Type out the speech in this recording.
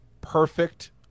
perfect